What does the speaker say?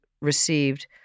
received